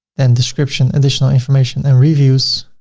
and description, additional information and reviews